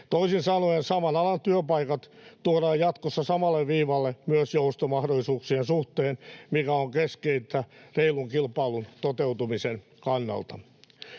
Toisin sanoen saman alan työpaikat tuodaan jatkossa samalle viivalle myös joustomahdollisuuksien suhteen, mikä on keskeistä reilun kilpailun toteutumisen kannalta.